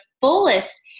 fullest